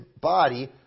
body